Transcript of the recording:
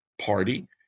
party